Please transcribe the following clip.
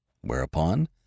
Whereupon